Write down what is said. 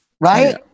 Right